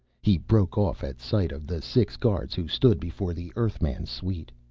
he broke off at sight of the six guards who stood before the earthman's suite.